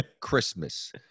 Christmas